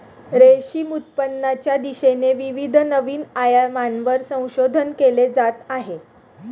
रेशीम उत्पादनाच्या दिशेने विविध नवीन आयामांवर संशोधन केले जात आहे